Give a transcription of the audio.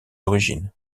origines